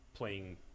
playing